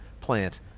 plant